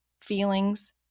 feelings